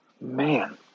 man